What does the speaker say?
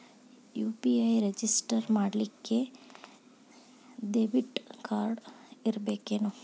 UPI register ಮಾಡ್ಲಿಕ್ಕೆ debit card ಇರ್ಬೇಕೇನು?